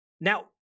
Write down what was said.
Now